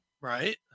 Right